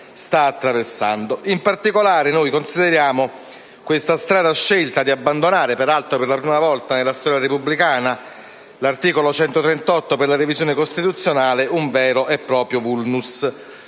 sta attraversando. In particolare, noi consideriamo questa strana scelta di abbandonare (peraltro per la prima volta nella storia repubblicana) l'articolo 138 per la revisione costituzionale un vero e proprio *vulnus*.